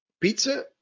pizza